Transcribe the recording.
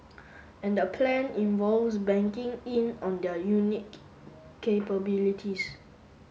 and the plan involves banking in on their unique capabilities